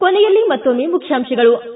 ಕೊನೆಯಲ್ಲಿ ಮತ್ತೊಮ್ಮೆ ಮುಖ್ಯಾಂಶಗಳು